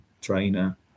trainer